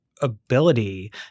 ability